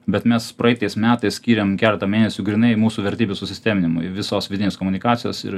bet mes praeitais metais skyrėm keletą mėnesių grynai mūsų vertybių susisteminimui visos vidinės komunikacijos ir